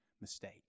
mistake